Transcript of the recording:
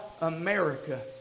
America